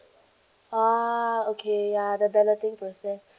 ah okay ya the balloting process